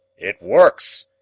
it works!